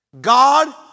God